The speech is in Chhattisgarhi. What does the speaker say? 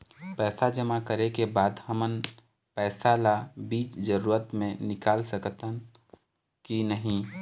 पैसा जमा करे के बाद हमन पैसा ला बीच जरूरत मे निकाल सकत हन की नहीं?